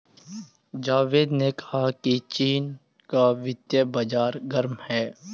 जावेद ने कहा कि चीन का वित्तीय बाजार गर्म है